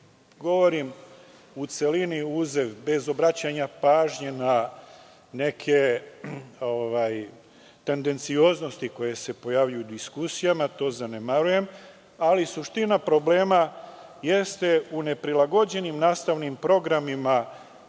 govorim u celini uzev, bez obraćanja pažnje na neke tendencioznosti koje se pojavljuju u diskusijama, to zanemarujem, ali suština problema jeste u neprilagođenim nastavnim programima